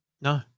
No